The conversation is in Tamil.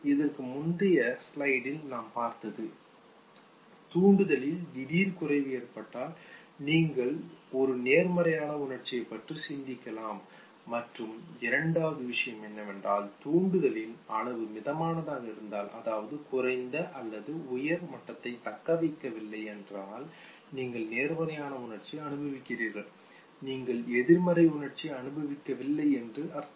இதற்கு முந்தைய ஸ்லைடில் நாம் பார்த்தது தூண்டுதலில் திடீர் குறைவு ஏற்பட்டால் நீங்கள் ஒரு நேர்மறையான உணர்ச்சியைப் பற்றி சிந்திக்கலாம் மற்றும் இரண்டாவது விஷயம் என்னவென்றால் தூண்டுதலின் அளவு மிதமானதாக இருந்தால் அதாவது குறைந்த அல்லது உயர் மட்டத்தைத் தக்கவைக்கவில்லை என்றால் நீங்கள் நேர்மறையான உணர்ச்சியை அனுபவிக்கிறீர்கள் நீங்கள் எதிர்மறை உணர்ச்சியை அனுபவிக்கவில்லை என்று அர்த்தம்